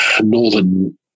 northern